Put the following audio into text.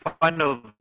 final